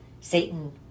Satan